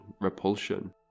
repulsion